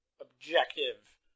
objective